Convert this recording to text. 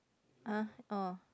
uh oh